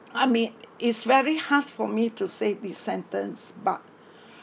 I mean it's very hard for me to say the sentence but